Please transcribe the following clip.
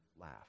laugh